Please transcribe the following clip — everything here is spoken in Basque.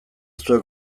zuek